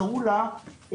קראו לה --- 536,